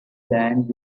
land